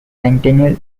centennial